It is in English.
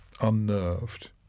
unnerved